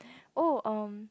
oh um